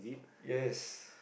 yes